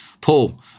Paul